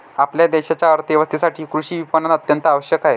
आपल्या देशाच्या अर्थ व्यवस्थेसाठी कृषी विपणन अत्यंत आवश्यक आहे